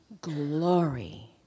glory